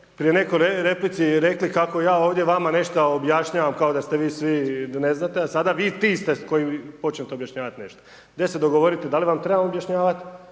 pri nekoj replici rekli kako ja ovdje vama nešto objašnjavam kao da ste vi svi ne znate, a sada vi, ti ste koji počinjete objašnjavati nešto. Dajte se dogovorite da li vam trebam objašnjavati